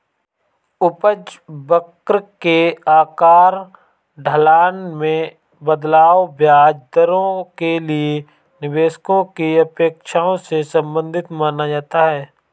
उपज वक्र के आकार, ढलान में बदलाव, ब्याज दरों के लिए निवेशकों की अपेक्षाओं से संबंधित माना जाता है